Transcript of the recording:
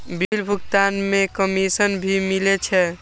Bill भुगतान में commission भी मिले छै?